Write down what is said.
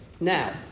Now